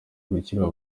gukira